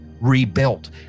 rebuilt